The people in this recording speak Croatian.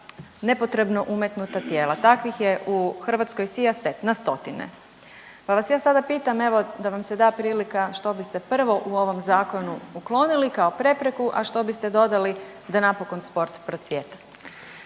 nepotrebno umetnuta tijela. Takvih je u Hrvatskoj sijaset, na stotine. Pa vas ja sada pitam evo da vam se da prilika što biste prvo u ovom zakonu uklonili kao prepreku, a što biste dodali da napokon sport procvjeta?